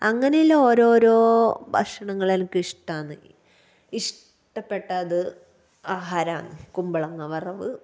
അങ്ങനെയുള്ള ഓരോരോ ഭക്ഷണങ്ങളെനക്കിഷ്ടമാണ് ഇഷ്ടപ്പെട്ടത് ആഹാരമാണ് കുമ്പളങ്ങ വറവ്